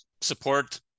support